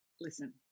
listen